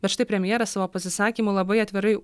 bet štai premjeras savo pasisakymu labai atvirai